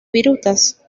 virutas